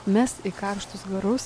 mes į karštus garus